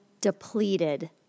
depleted